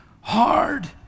Hard